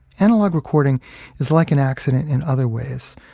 analog recording is like an accident in other ways.